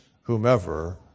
whomever